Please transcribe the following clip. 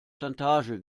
plantage